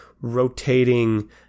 rotating